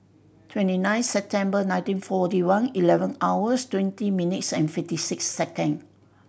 twenty nine September nineteen forty one eleven hours twenty minutes and fifty six second